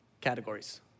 categories